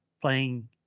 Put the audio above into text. playing